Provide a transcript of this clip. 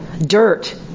Dirt